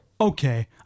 Okay